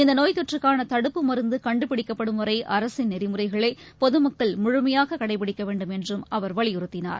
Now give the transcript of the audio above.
இந்த நோய்த் தொற்றுக்னான தடுப்பு மருந்து கண்டுபிடிக்கப்படும்வரை அரசின் நெறிமுறைகளை பொதுமக்கள் முழுமையாக கடைபிடிக்க வேண்டும் என்றும் அவர் வலியுறுத்தினார்